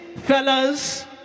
fellas